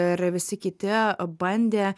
ir visi kiti a bandė